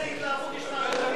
אתה יודע איזה התלהבות יש מהתוכנית?